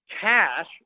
cash